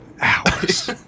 hours